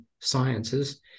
sciences